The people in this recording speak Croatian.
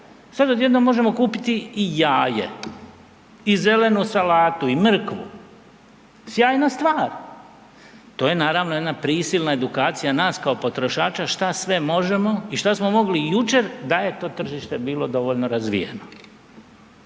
sad odjednom možemo kupiti i jaje. Sjajna stvar, to je naravno jedna prisilna edukacija nas kao potrošača šta sve možemo i šta smo mogli jučer da je to tržište bilo dovoljno razvijeno.